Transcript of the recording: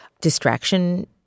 distraction